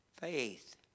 faith